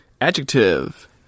Adjective